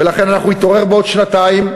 ולכן אנחנו נתעורר בעוד שנתיים,